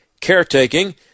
caretaking